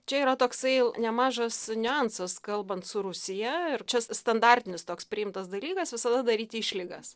čia yra toksai nemažas niuansas kalbant su rusija ir čia standartinis toks priimtas dalykas visada daryti išlygas